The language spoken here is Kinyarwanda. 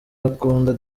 akunda